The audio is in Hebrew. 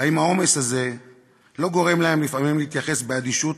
האם העומס הזה לא גורם להן לפעמים להתייחס באדישות